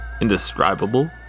indescribable